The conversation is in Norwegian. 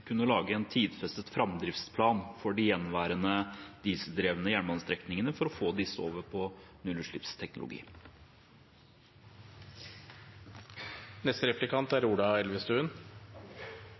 kunne lage en tidfestet framdriftsplan for de gjenværende dieseldrevne jernbanestrekningene, for å få disse over på